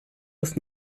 ist